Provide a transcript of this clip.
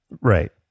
Right